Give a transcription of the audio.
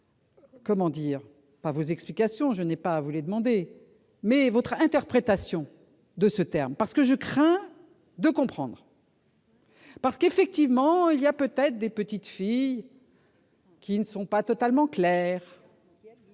d'entendre, non vos explications- je n'ai pas à vous les demander -, mais votre interprétation de ces termes, car je crains de comprendre. Effectivement, il y a peut-être des petites filles qui ne sont pas totalement claires